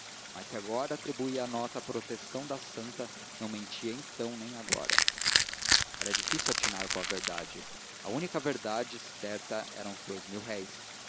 mas se agora atribuía a nota à proteção da santa não mentia então nem agora era difícil atinar com a verdade a única verdade certa eram os dous